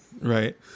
Right